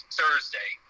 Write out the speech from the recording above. Thursday